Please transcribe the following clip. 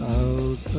out